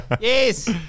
Yes